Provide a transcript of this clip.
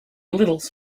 littles